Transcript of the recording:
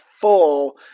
full